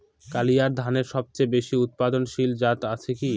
কালিরাই ধানের সবচেয়ে বেশি উৎপাদনশীল জাত আছে কি?